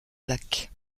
black